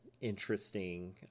interesting